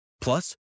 Plus